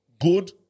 Good